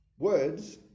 Words